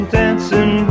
dancing